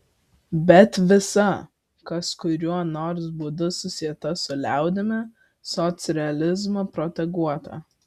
bet visa kas kuriuo nors būdu susieta su liaudimi socrealizmo proteguota